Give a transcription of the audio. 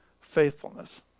faithfulness